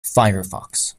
firefox